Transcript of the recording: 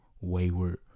wayward